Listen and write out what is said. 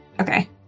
Okay